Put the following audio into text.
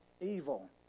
evil